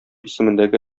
исемендәге